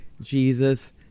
Jesus